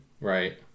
Right